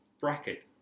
bracket